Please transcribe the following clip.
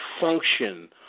function